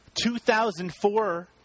2004